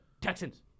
Texans